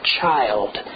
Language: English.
child